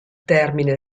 termine